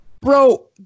bro